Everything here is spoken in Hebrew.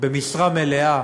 במשרה מלאה